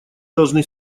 должны